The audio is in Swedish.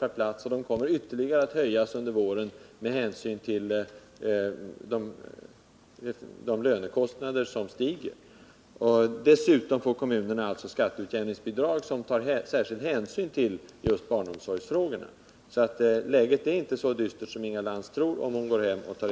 per plats, och kommer att höjas ytterligare under våren med hänsyn till de ökade lönekostnaderna. Dessutom får kommunerna skatteutjämningsbidrag, som tar särskild hänsyn till just barnomsorgsfrågan. Läget är alltså inte så dystert som Inga Lantz tror.